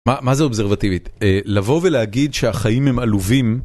מה זה אובזרבטיבית לבוא ולהגיד שהחיים הם עלובים.